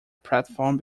platform